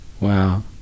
Wow